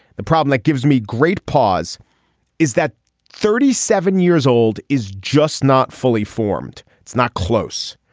the problem that gives me great pause is that thirty seven years old is just not fully formed. it's not close.